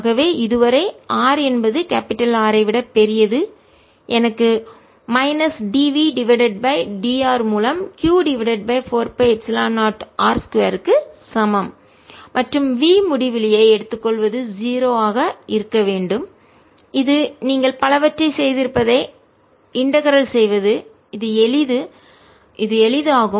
ஆகவே இதுவரை r என்பது R ஐ விட பெரியது எனக்கு minus dv divided by dr மூலம் q divided by 4 pi epsilon 0 r 2 க்கு சமம் மற்றும் v முடிவிலி ஐ எடுத்துக் கொள்வது 0 ஆக இருக்க வேண்டும் இது நீங்கள் பலவற்றைச் செய்திருப்பதை இன்டகரல் ஒருங்கிணைப்பதுசெய்வது இது எளிது ஆகும்